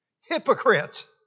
Hypocrites